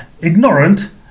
ignorant